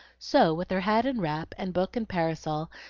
so, with her hat and wrap, and book and parasol,